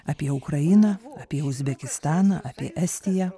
apie ukrainą apie uzbekistaną apie estiją